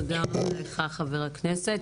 תודה רבה לך, חבר הכנסת.